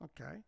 Okay